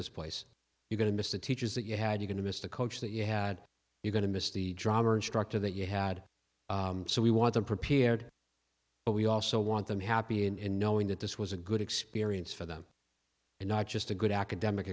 this place you're going to miss the teachers that you had you going to miss the coach that you had you're going to miss the drama and structure that you had so we want them prepared but we also want them happy in knowing that this was a good experience for them and not just a good academic